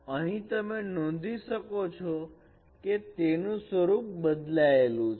અહીં તમે નોંધી શકો છો કે તેનું સ્વરૂપ બદલાયેલું છે